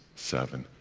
seven,